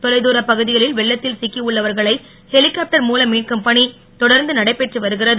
தொலைதூரப் பகுதிகளில் வெள்ளத்தில் சிக்கி உள்ளவர்களை ஹெலிகாப்டர் மூலம் மீட்கும் பணி தொடர்ந்து நடைபெற்று வருகிறது